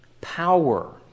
power